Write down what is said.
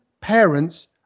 parents